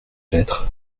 lettres